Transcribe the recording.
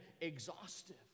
exhaustive